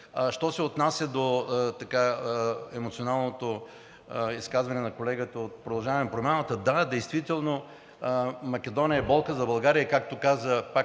Що се отнася до емоционалното изказване на колегата от „Продължаваме Промяната“. Да, действително Македония е болка за България. Както пак